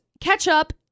ketchup